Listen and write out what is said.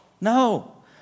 No